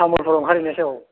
तामुलपुराव ओंखारहैनोसै औ